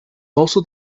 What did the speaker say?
also